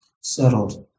settled